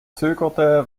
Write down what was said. zögerte